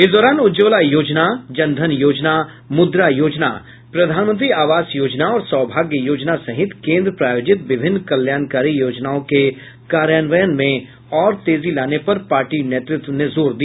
इस दौरान उज्ज्वला योजना जनधन योजना मुद्रा योजना प्रधानमंत्री आवास योजना और सौभाग्य योजना सहित केन्द्र प्रायोजित विभिन्न कल्याणकारी योजनाओं के कार्यान्वयन में और तेजी लाने पर पार्टी नेतृत्व में जोर दिया